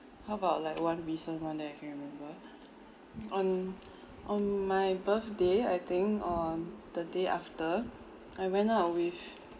how about like one recent one that I can remember on on my birthday I think on the day after I went out with